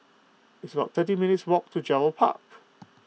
it's about thirteen minutes' walk to Gerald Park